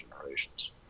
generations